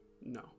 No